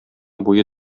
буе